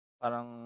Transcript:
parang